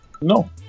No